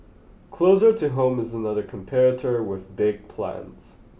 closer to home is another competitor with big plans